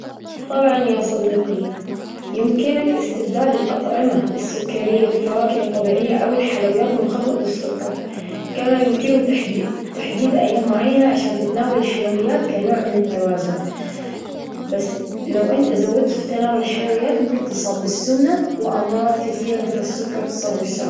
طبعا يا صديقي، يمكنك استبدال الأطعمة السكرية بالفواكه الطبيعية أو الحلويات منخفضة السكر. كما يمكنه تحديد أيام معينة عشان تتناول الحلويات كنوع من التوازن. بس لو أنت زودت في تناول الحلويات، ممكن تصاب بالسمنة وأمراض كثيرة مثل السكر وتصلب الشرا-.